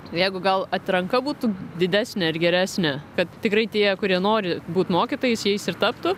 jeigu gal atranka būtų didesnė ir geresnė kad tikrai tie kurie nori būt mokytojais jais ir taptų